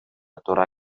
туура